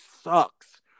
sucks